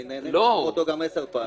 אני נהנה לשמוע אותו גם עשר פעמים.